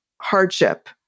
hardship